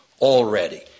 already